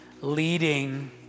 leading